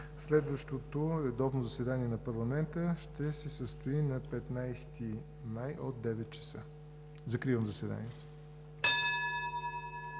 Следващото редовно заседание на парламента ще се състои на 15 май 2019 г. – от 9,00 ч. Закривам заседанието.